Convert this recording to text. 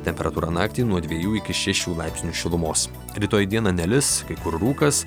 temperatūra naktį nuo dviejų iki šešių laipsnių šilumos rytoj dieną nelis kai kur rūkas